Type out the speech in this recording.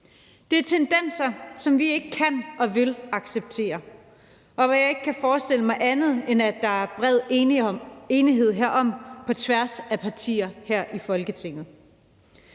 Det er tendenser, som vi ikke kan og vil acceptere, og som jeg ikke kan forestille mig andet end at der er bred enighed om på tværs af partier her i Folketinget.